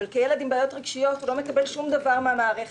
אבל כילד עם בעיות רגשיות הוא לא מקבל שום דבר מהמערכת.